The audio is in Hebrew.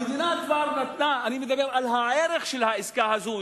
המדינה כבר נתנה, אני מדבר על הערך של העסקה הזאת.